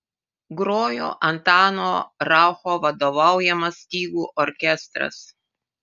grojo antano raucho vadovaujamas stygų orkestras